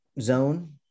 zone